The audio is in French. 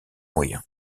moyen